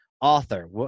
author